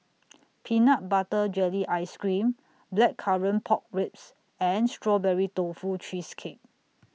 Peanut Butter Jelly Ice Cream Blackcurrant Pork Ribs and Strawberry Tofu Cheesecake